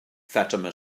fatima